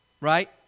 right